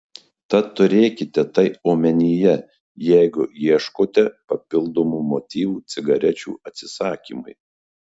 tad turėkite tai omenyje jeigu ieškote papildomų motyvų cigarečių atsisakymui